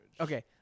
Okay